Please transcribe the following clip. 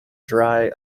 dry